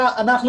נכשלנו.